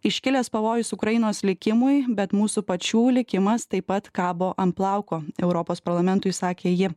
iškilęs pavojus ukrainos likimui bet mūsų pačių likimas taip pat kabo ant plauko europos parlamentui sakė ji